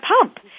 pump